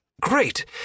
Great